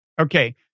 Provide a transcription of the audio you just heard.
Okay